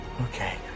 Okay